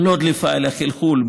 לא דליפה אלא חלחול,